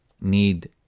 need